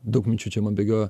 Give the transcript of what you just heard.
daug minčių čia man bėgioja